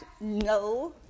No